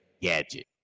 gadget